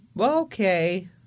Okay